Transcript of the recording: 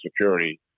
security